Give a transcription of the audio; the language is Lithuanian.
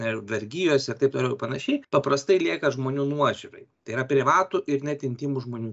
ar vergijose ir taip toliau ir panašiai paprastai lieka žmonių nuožiūrai tai yra privatų ir net intymų žmonių